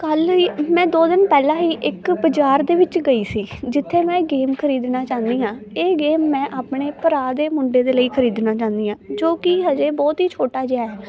ਕੱਲ੍ਹ ਹੀ ਮੈਂ ਦੋ ਦਿਨ ਪਹਿਲਾਂ ਹੀ ਇੱਕ ਬਾਜ਼ਾਰ ਦੇ ਵਿੱਚ ਗਈ ਸੀ ਜਿੱਥੇ ਮੈਂ ਗੇਮ ਖਰੀਦਣਾ ਚਾਹੁੰਦੀ ਹਾਂ ਇਹ ਗੇਮ ਮੈਂ ਆਪਣੇ ਭਰਾ ਦੇ ਮੁੰਡੇ ਦੇ ਲਈ ਖਰੀਦਣਾ ਚਾਹੁੰਦੀ ਹਾਂ ਜੋ ਕਿ ਹਜੇ ਬਹੁਤ ਹੀ ਛੋਟਾ ਜਿਹਾ ਹੈ